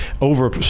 over